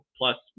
plus